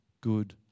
good